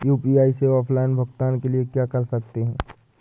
UPI से offline भुगतान के लिए क्या कर सकते हैं?